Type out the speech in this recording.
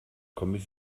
kombis